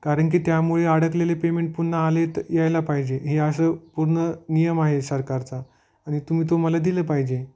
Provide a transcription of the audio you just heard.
कारण की त्यामुळे अडकलेले पेमेंट पुन्हा आलेत यायला पाहिजे हे असं पूर्ण नियम आहे सरकारचा आणि तुम्ही तो मला दिले पाहिजे